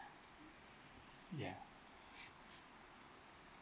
ya